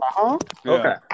Okay